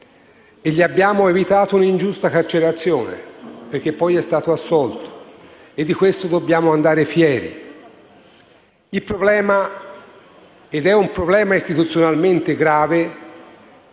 respingemmo evitandogli una ingiusta carcerazione, perché poi è stato assolto e di questo dobbiamo andare fieri. Il problema - ed è un problema istituzionalmente grave